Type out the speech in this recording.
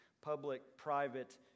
public-private